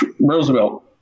Roosevelt